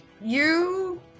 You-